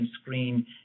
screen